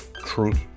truth